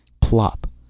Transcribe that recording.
plop